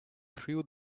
threw